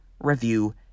review